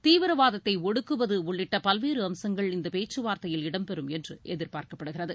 தீவிரவாதத்தை ஒடுக்குவது உள்ளிட்ட பல்வேறு அம்சங்கள் இந்த பேச்சுவார்தையில் இடம்பெறும் என்று எதிர்ப்பார்க்கப்படுகிறது